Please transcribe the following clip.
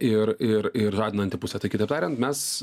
ir ir ir žadinanti pusę tai kitaip tariant mes